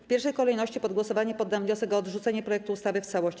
W pierwszej kolejności pod głosowanie poddam wniosek o odrzucenie projektu ustawy w całości.